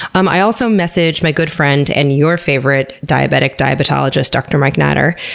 um i also messaged my good friend, and your favorite diabetic diabetologist, dr. mike natter,